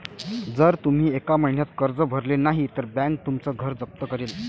जर तुम्ही एका महिन्यात कर्ज भरले नाही तर बँक तुमचं घर जप्त करेल